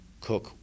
Cook